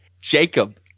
Jacob